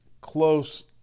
close